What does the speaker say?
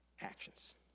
actions